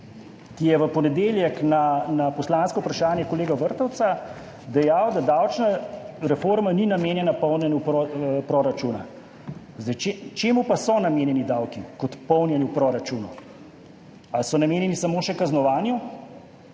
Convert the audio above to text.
ki je v ponedeljek na poslansko vprašanje kolega Vrtovca dejal, da davčna reforma ni namenjena polnjenju proračuna. Čemu pa so namenjeni davki, če ne polnjenju proračunov? Ali so namenjeni samo še kaznovanju?